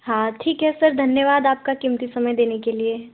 हाँ ठीक है सर धन्यवाद आपका कीमती समय देने के लिए